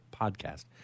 Podcast